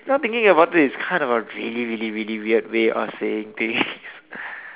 now thinking about it is kind of a really really really weird way of saying things